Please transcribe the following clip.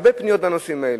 הרבה פניות בנושאים האלה.